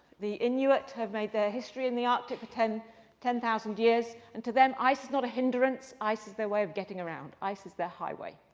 the inuit have made their history in the arctic for ten thousand years. and to them, ice is not a hindrance. ice is their way of getting around. ice is their highway.